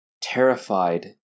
terrified